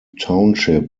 township